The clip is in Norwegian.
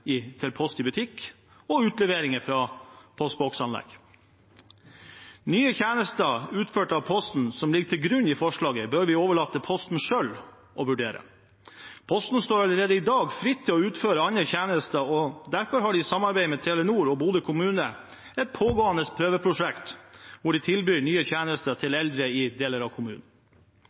til Post i butikk og utlevering ved postboksanlegg. Nye tjenester utført av Posten, som ligger til grunn i forslaget, bør vi overlate til Posten selv å vurdere. Posten står allerede i dag fritt til å utføre andre tjenester, og derfor har de i samarbeid med Telenor og Bodø kommune et pågående prøveprosjekt hvor de tilbyr nye tjenester til eldre i deler av kommunen.